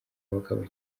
abagabo